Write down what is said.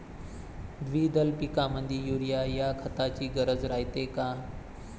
द्विदल पिकामंदी युरीया या खताची गरज रायते का?